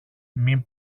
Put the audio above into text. μην